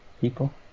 people